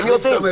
הם יודעים.